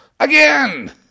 Again